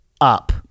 up